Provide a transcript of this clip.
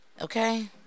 Okay